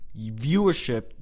viewership